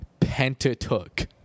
Pentatook